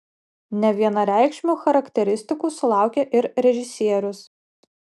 nevienareikšmių charakteristikų sulaukė ir režisierius